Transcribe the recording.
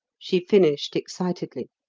she finished excitedly.